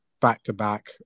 back-to-back